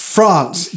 France